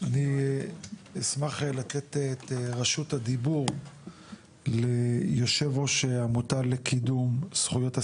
אני שמח לתת את רשות הדיבור ליושב ראש עמותה לקידום זכויות הסיעודיים,